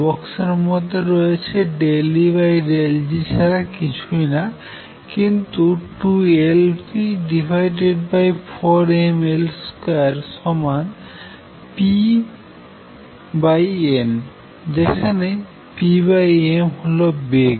box এর মধ্যে রয়েছে ∂E∂Jছাড়া কিছুই না কিন্তু 2Lp4mL2সমান p m যেখানে p m হল বেগ